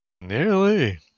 nearly